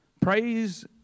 Praise